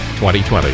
2020